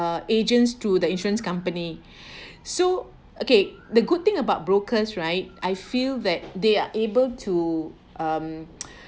uh agents through the insurance company so okay the good thing about brokers right I feel that they are able to um